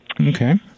Okay